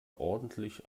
ordentlich